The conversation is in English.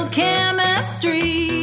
chemistry